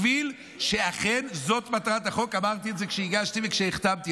כי כפי שאמרתי כשהגשתי והחתמתי,